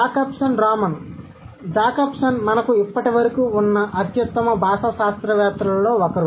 Jakobson Roman Jakobson Roman Jakobson మనకు ఇప్పటివరకు ఉన్న అత్యుత్తమ భాషా శాస్త్రవేత్తలలో ఒకరు